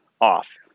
off